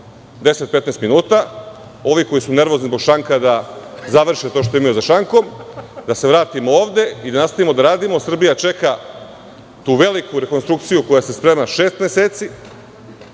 10,15 minuta, ovi koji su nervozni zbog šanka da završe to što imaju za šankom, da se vratimo ovde i da nastavimo da radimo. Srbija čeka tu veliku rekonstrukciju koja se sprema šest meseci,